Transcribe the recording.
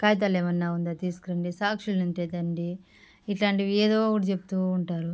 కాగితాలు ఏమన్నా ఉందా తీసుకురండి సాక్షులు ఉంటే తెండి ఇట్లాంటివి ఏదో ఒకటి చెప్తు ఉంటారు